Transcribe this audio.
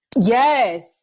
Yes